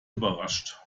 überrascht